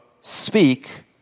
speak